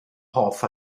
hoff